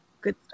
Good